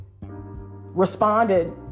responded